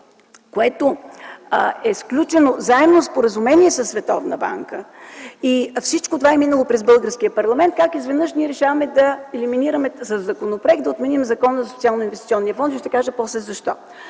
което е, е сключено заемно споразумение със Световна банка, и всичко това е минало през българския парламент. Как изведнъж ние решаваме да елиминираме със законопроект и да отменим Закона за Социалноинвестиционния фонд? И ще кажа после защо.